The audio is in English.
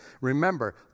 remember